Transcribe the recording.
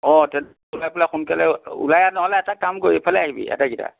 অ তেন্তে সোনকালে ওলাই আহ নহ'লে এটা কাম কৰিবি এইফালে আহিবি আটাইকেইটা